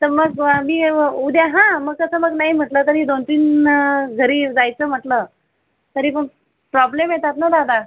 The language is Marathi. तर मग मी उद्या हा मग तसं मग नाही म्हटलं तरी दोन तीन घरी जायचं म्हटलं तरी मग प्रॉब्लेम येतात नं दादा